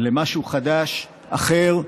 למשהו חדש, אחר,